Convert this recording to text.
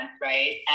right